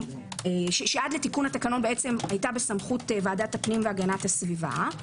שעד תיקון התקנון היתה בסמכות ועדת הפנים והגנת הסביבה,